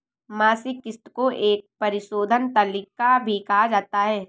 मासिक किस्त को एक परिशोधन तालिका भी कहा जाता है